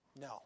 No